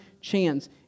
chance